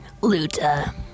Luta